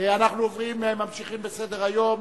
אנחנו ממשיכים בסדר-היום: